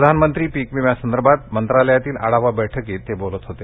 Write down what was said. प्रधानमंत्री पिक विम्यासंदर्भात मंत्रालयातील आढावा बैठकीत ते बोलत होते